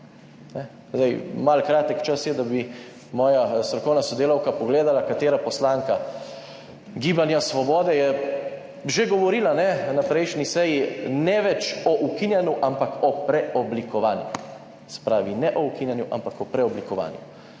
Malce kratek čas je, da bi moja strokovna sodelavka pogledala, katera poslanka Gibanja Svoboda je že govorila na prejšnji seji, ne več o ukinjanju, ampak o preoblikovanju. Se pravi, ne o ukinjanju, ampak o preoblikovanju.